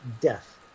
death